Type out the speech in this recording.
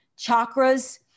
chakras